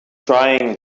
trying